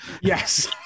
Yes